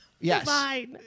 yes